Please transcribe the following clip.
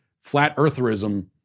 flat-eartherism